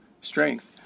strength